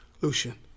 Lucian